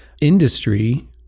industry